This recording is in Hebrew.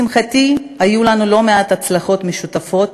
ולשמחתי, היו לנו לא מעט הצלחות משותפות